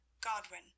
Godwin